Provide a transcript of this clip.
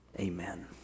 amen